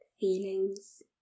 feelings